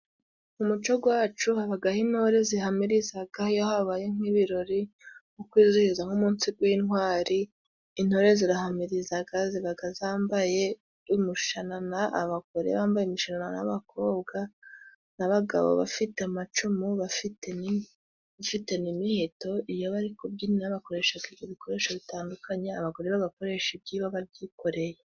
Mu muco gwacu, habagaho intore zihamirizaga, iyo habaye nk'ibirori nko kwizihiza nk'umunsi gw'intwari, intore zirahamirizaga, zibaga zambaye umushanana, abagore bambaye imishanana n'abakobwa, n'abagabo bafite amacumu, bafite n'imiheto, iyo bari kubyina bakoreshaga ibikoresho bitandukanye, abagore bagakoresha ibyibo babyikoreye.